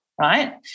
right